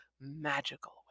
magical